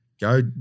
go